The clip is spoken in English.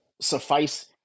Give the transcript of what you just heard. suffice